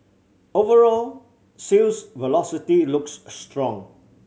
overall sales velocity looks strong